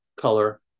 color